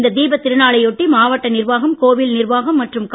இந்த தீபத் திருநாளையொட்டி மாவட்ட நிர்வாகம் கோவில் நிர்வாகம் மற்றும் செய்துள்ளன